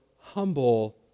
humble